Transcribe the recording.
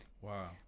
Wow